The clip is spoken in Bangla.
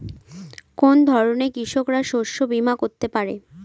কোন ধরনের কৃষকরা শস্য বীমা করতে পারে?